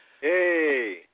Hey